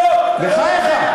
בחייך.